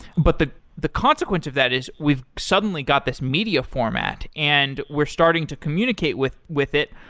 but the the consequence of that is we've suddenly got this media format, and we're starting to communicate with with it.